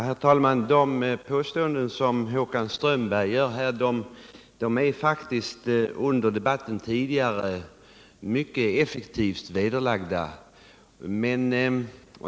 Herr talman! De påståenden som Håkan Strömberg här gjorde har faktiskt vederlagts mycket effektivt under den tidigare debatten.